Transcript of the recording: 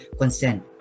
consent